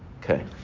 Okay